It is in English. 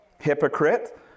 Hypocrite